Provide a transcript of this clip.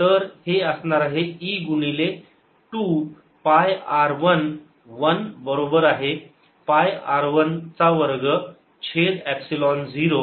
तर हे असणार आहे E गुणिले 2 पाय r 1 1 बरोबर आहे पाय r 1 चा वर्ग छेद एपसिलोन 0